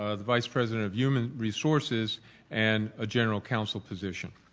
ah the vice president of human resources and a general counsel position.